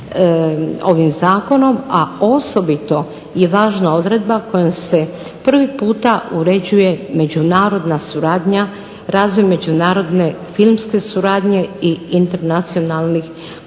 ovim Zakonom, a osobito je važna odredba kojom se prvi puta uređuje međunarodna suradnja, razvoj međunarodne filmske suradnje i internacionalnih koprodukcija,